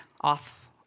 Off